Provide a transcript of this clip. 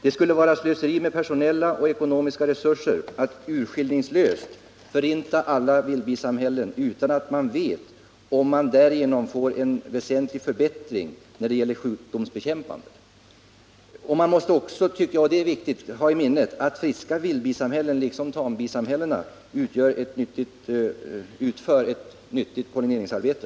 Det skulle vara ett slöseri med personella och ekonomiska resurser att urskillningslöst förinta alla vildbisamhällen utan att man vet om man därigenom får en väsentlig förbättring när det gäller sjukdomsbekämpandet. Man måste också ha i minnet att de friska vildbisamhällena liksom tambisamhällena utför ett nyttigt pollineringsarbete.